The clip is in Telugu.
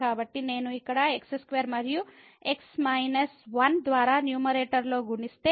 కాబట్టి నేను ఇక్కడ x2 మరియు x 1 ద్వారా న్యూమరేటర్లో గుణిస్తే